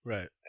Right